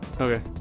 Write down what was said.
Okay